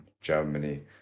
Germany